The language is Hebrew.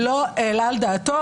לא העלה על דעתו.